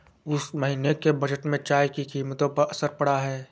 इस महीने के बजट में चाय की कीमतों पर असर पड़ा है